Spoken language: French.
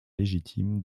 légitime